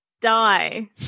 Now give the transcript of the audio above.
die